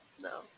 no